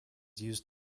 used